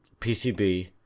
PCB